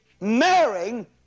marrying